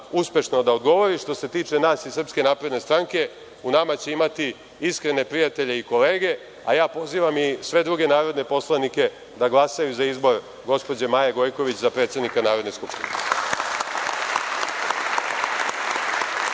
uspešno da odgovori. Što se tiče nas iz SNS, u nama će imati iskrene prijatelje i kolege, a ja pozivam i sve druge narodne poslanike da glasaju za izbor gospođe Maje Gojković za predsednika Narodne skupštine.(Milan